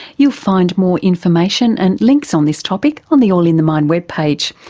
you'll find more information and links on this topic on the all in the mind webpage,